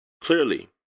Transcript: clearly